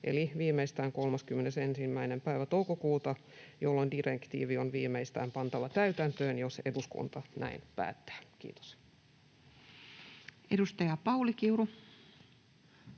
eli viimeistään 31. päivä toukokuuta, jolloin direktiivi on viimeistään pantava täytäntöön, jos eduskunta näin päättää. — Kiitos. [Speech 36]